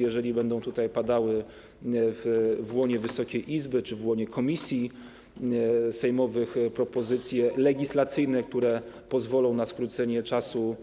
Jeżeli będą padały w łonie Wysokiej Izby czy w łonie komisji sejmowych propozycje legislacyjne, które pozwolą na skrócenie czasu